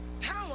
power